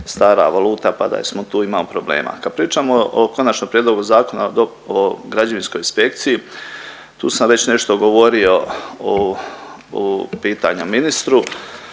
stara valuta pa da jesmo tu imamo problema. Kad pričamo o konačnom prijedlogu Zakona o građevinskoj inspekciji tu sam već nešto govorio u pitanju ministru.